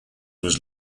was